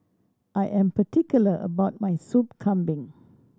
I am particular about my Sup Kambing